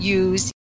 use